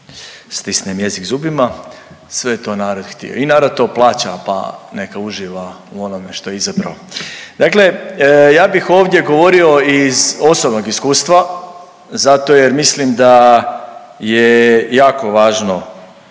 stisnem jezik zubima. Sve je to narod htio i narod to plaća, pa neka uživa u onome što je izabrao. Dakle, ja bih ovdje govorio iz osobnog iskustva zato jer mislim da je jako važno